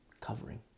Covering